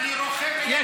אני רוכב, אתה אומר.